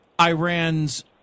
Iran's